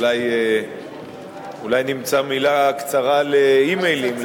אולי נמצא מלה קצרה לאימיילים,